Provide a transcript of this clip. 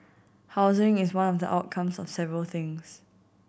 housing is one of the outcomes of several things